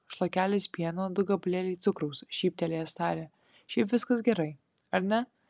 šlakelis pieno du gabalėliai cukraus šyptelėjęs tarė šiaip viskas gerai ar ne